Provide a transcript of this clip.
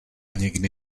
někdy